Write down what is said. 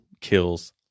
kills